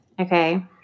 Okay